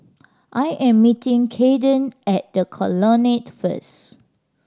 I am meeting Caden at The Colonnade first